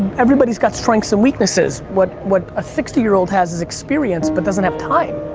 everybody's got strengths and weaknesses, what what a sixty year old has is experience but doesn't have time.